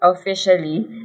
officially